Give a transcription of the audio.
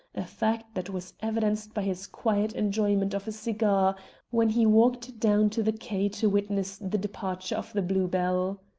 a fact that was evidenced by his quiet enjoyment of a cigar when he walked down to the quay to witness the departure of the blue-bell.